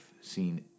seen